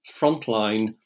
Frontline